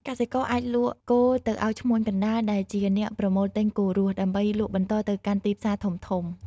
កសិករអាចលក់គោទៅឲ្យឈ្មួញកណ្ដាលដែលជាអ្នកប្រមូលទិញគោរស់ ដើម្បីលក់បន្តទៅកាន់ទីផ្សារធំៗ។